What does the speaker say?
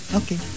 okay